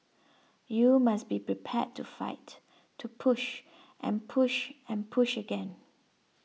you must be prepared to fight to push and push and push again